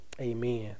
amen